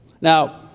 Now